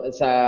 sa